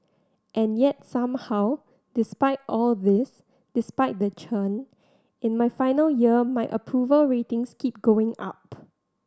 and yet somehow despite all this despite the churn in my final year my approval ratings keep going up